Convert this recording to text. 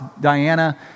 Diana